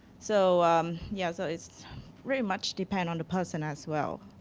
so yeah so it pretty much depend on the person as well.